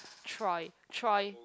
Troy Troy